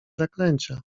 zaklęcia